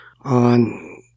on